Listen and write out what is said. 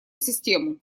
систему